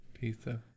Pizza